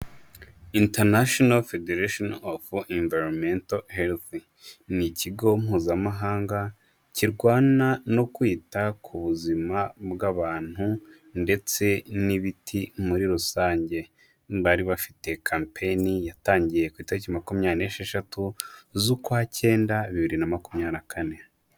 International Federation of Environmental Health. Ni ikigo mpuzamahanga kirwana no kwita ku buzima bw'abantu ndetse n'ibiti muri rusange. Bari bafite campain yatangiye ku itariki makumyabiri n'esheshatu z'ukwacyenda, bibiri na makumyabiri na kane.